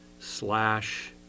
slash